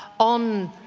on